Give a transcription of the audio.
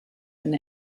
and